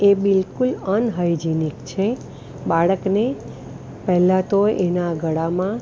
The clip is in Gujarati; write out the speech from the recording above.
એ બિલકુલ અન્હાઈજીનિક છે બાળકને પહેલા તો એનાં ગળામાં